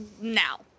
now